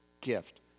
gift